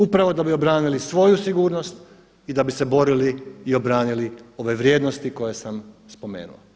Upravo da bi obranili svoju sigurnost i da bi se borili i obranili ove vrijednosti koje sam spomenuo.